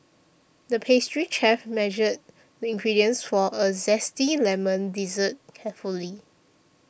the pastry chef measured the ingredients for a Zesty Lemon Dessert carefully